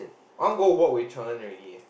I want go work with Chen-En already eh